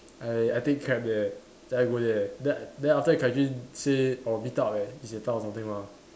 I I take cab there so I go there then then after that Kai Jun say oh meet up leh he's in town or something lah